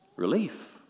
Relief